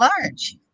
large